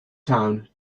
town